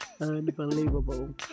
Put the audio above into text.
unbelievable